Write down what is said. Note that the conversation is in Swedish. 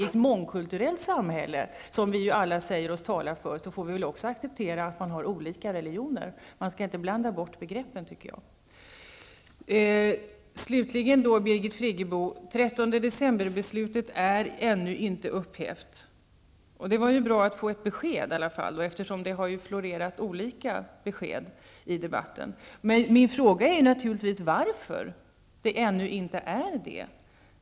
I ett mångkulturellt samhälle, som vi alla säger oss tala för, får vi väl också acceptera att människor utövar olika religioner. Man skall inte blanda ihop begreppen. 13 december-beslutet är ännu inte upphävt, Birgit Friggebo. Det var bra att få ett besked. Det har ju florerat olika besked i debatten. Min fråga är naturligtvis varför beslutet ännu inte är upphävt.